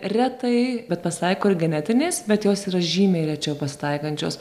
retai bet pasitaiko ir genetinės bet jos yra žymiai rečiau pasitaikančios